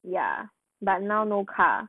ya but now no car